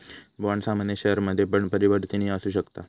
bond सामान्य शेयरमध्ये पण परिवर्तनीय असु शकता